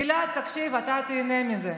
גלעד, תקשיב, אתה תהנה מזה: